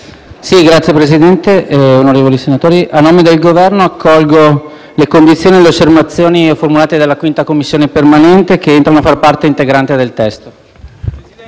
Signor Presidente, onorevoli senatori, a nome del Governo accolgo le condizioni e le osservazioni formulate dalla 5a Commissione permanente che entrano a far parte integrante del testo.